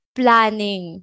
planning